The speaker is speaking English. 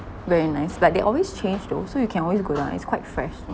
very nice but they always change though so you can always go down it's quite fresh though